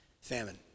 Famine